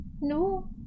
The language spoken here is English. No